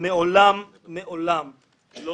ולמעלה מ-15,000 משפחות.